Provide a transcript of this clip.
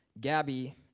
Gabby